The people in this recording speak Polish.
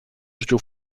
rzucił